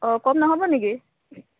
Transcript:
অঁ কম নহ'ব নেকি